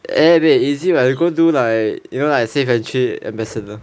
eh very easy [what] you go do like you know like safe entry ambassador